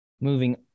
Moving